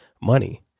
money